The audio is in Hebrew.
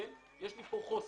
יש איזה חוסר.